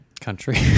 Country